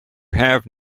have